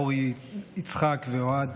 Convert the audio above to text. אורי יצחק ואוהד,